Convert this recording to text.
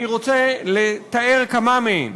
אני רוצה לתאר כמה מהן.